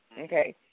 Okay